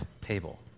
table